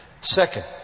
Second